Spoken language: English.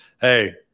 hey